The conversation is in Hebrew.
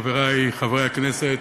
חברי חברי הכנסת,